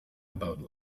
about